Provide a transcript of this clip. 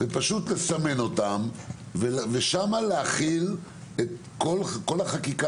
ופשוט לסמן אותם ושם להחיל את כל החקיקה